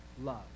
love